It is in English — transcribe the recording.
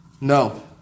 No